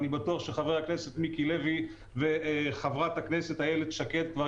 ואני בטוח שחבר הכנסת מיקי לוי וחברת הכנסת איילת שקד כבר